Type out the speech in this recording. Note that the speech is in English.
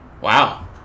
Wow